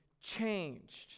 changed